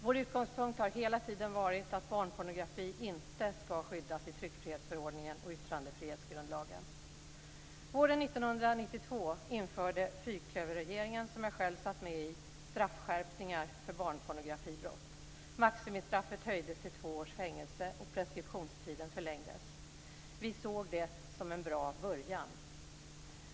Vår utgångspunkt har hela tiden varit att barnpornografi inte skall skyddas i tryckfrihetsförordningen och yttrandefrihetsgrundlagen. Våren 1992 införde fyrklöverregeringen, som jag själv satt med i, straffskärpningar för barnpornografibrott. Maximistraffet höjdes till två års fängelse, och preskriptionstiden förlängdes. Vi såg det som en bra början.